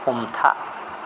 हमथा